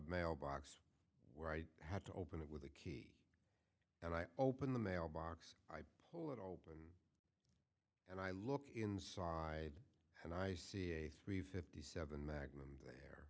mailbox where i had to open it with it and i open the mailbox i pull it open and i look inside and i see a three fifty seven magnum